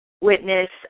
witness